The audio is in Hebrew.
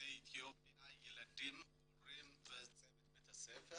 יוצאי אתיופיה ילדים, הורים וצוות בית הספר